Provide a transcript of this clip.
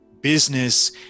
business